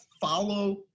follow